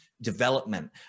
development